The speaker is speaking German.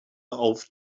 auf